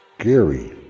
Gary